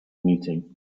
meeting